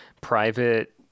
private